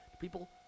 people